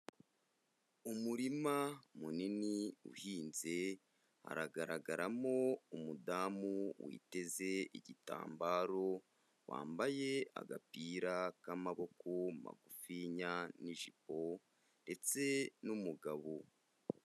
Umurima munini uhinze haragaragaramo umudamu witeze igitambaro, wambaye agapira k'amaboko magufinya n'ijipo ndetse n'umugabo.